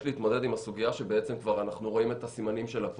להתמודד עם הסוגיה שאנחנו רואים את הסימנים שלה פה.